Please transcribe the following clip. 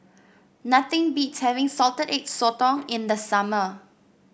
nothing beats having Salted Egg Sotong in the summer